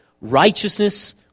righteousness